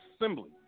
assembly